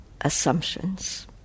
assumptions